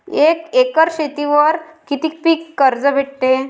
एक एकर शेतीवर किती पीक कर्ज भेटते?